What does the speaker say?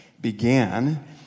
began